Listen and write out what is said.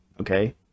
okay